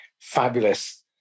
fabulous